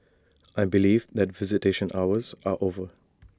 I believe that visitation hours are over